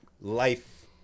life